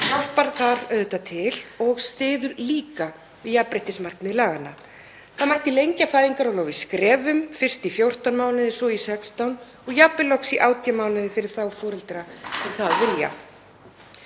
hjálpar þar til og styður líka við jafnréttismarkmið laganna. Það mætti lengja fæðingarorlofið í skrefum, fyrst í 14 mánuði, svo í 16 og jafnvel loks í 18 mánuði fyrir þá foreldra sem það vilja.